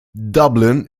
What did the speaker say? dublin